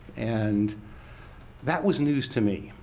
and that was news to me,